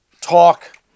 talk